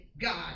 God